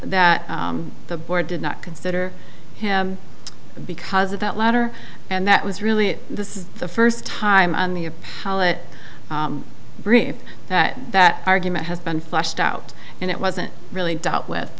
that the board did not consider him because of that letter and that was really it this is the first time on the a bream that that argument has been flushed out and it wasn't really dealt with